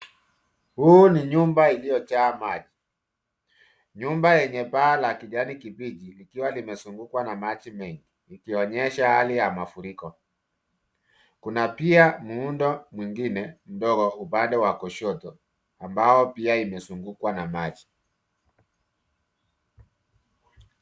Huu ni nyumba iliyojaa maji. Nyumba yenye paa la kijani kibichi likiwa limezungukwa na maji mengi ikionyesha hali ya mafuriko. Kuna pia muundo mwingine mdogo upande wa kushoto ambao pia imezungukwa na maji.